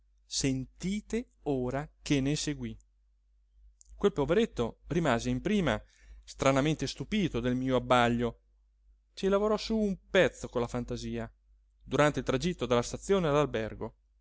sentite ora che ne seguí quel poveretto rimase in prima stranamente stupito del mio abbaglio ci lavorò sú un pezzo con la fantasia durante il tragitto dalla stazione